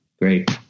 Great